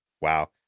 Wow